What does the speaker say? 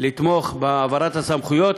שיתמכו בהעברת הסמכויות,